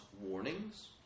warnings